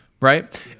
right